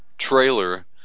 Trailer